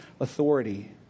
authority